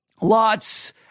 Lots